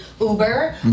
Uber